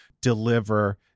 deliver